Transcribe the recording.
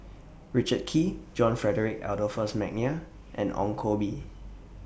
Richard Kee John Frederick Adolphus Mcnair and Ong Koh Bee